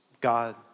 God